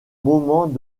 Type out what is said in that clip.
moment